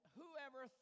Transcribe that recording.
whoever